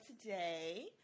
today